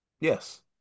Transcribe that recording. Yes